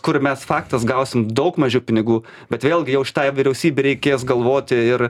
kur mes faktas gausim daug mažiau pinigų bet vėlgi jau šitai vyriausybei reikės galvoti ir